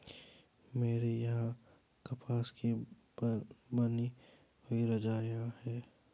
मेरे यहां कपास की बनी हुई रजाइयां है